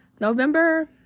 November